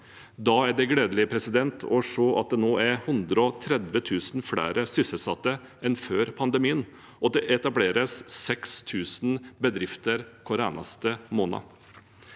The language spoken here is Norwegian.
Da er det gledelig å se at det nå er 130 000 flere sysselsatte enn før pandemien, og at det etableres 6 000 bedrifter hver eneste måned.